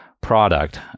product